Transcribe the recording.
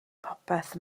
popeth